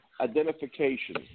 identification